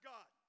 God